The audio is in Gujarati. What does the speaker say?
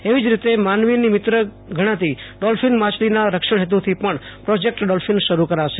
એવી જ રીતે માનવીની મિત્ર ગણાતી ડોલ્ફીન માછલીના રક્ષણ હેતુ થી પણ પ્રોજેક્ટ ડોલ્ફીન શરૂ કરાશે